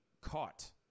caught